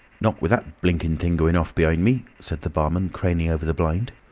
not with that blinking thing going off behind me, said the barman, craning over the blind.